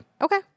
Okay